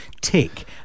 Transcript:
tick